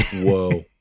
whoa